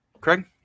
Craig